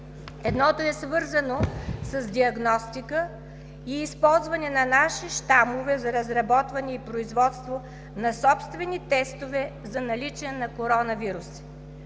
Едното е свързано с диагностика и използване на наши щамове за разработване и производство на собствени тестове за наличие на коронавирус.